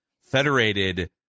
Federated